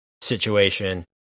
situation